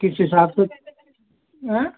किस हिसाब से